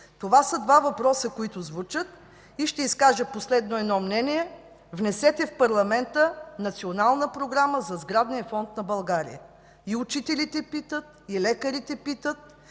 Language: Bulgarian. Това са два въпроса, които звучат. Ще изкажа и едно мнение: внесете в парламента Национална програма за сградния фонд на България. Учителите питат, лекарите питат